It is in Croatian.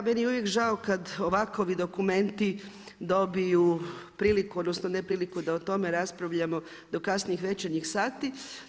Meni je uvijek žao kad ovakovi dokumenti dobiju priliku, odnosno nepriliku da o tome raspravljamo do kasnih večernjih sati.